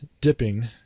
dipping